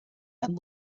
and